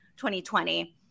2020